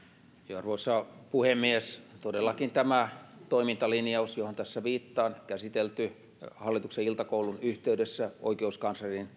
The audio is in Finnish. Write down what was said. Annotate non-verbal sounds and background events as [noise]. arvoisa puhemies todellakin tämä toimintalinjaus johon tässä viittaan on käsitelty hallituksen iltakoulun yhteydessä oikeuskanslerin [unintelligible]